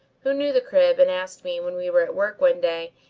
who knew the crib and asked me, when we were at work one day,